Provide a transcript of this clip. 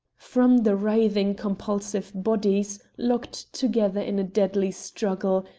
from the writhing convulsive bodies, locked together in a deadly struggle,